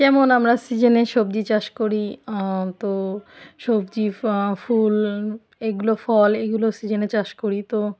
যেমন আমরা সিজনে সবজি চাষ করি তো সবজি ফুল এগুলো ফল এইগুলো সিজনে চাষ করি তো